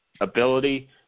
ability